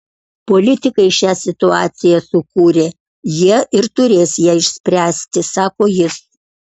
politikai šią situaciją sukūrė jie ir turės ją išspręsti sako jis